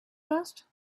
asked